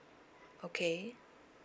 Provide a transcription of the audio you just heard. okay